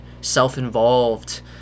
self-involved